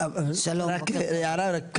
רק הערה.